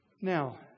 Now